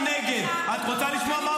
למה?